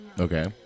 Okay